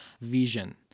vision